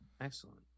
Excellent